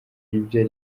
ibyo